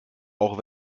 auch